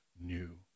new